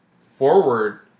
forward